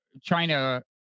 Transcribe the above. China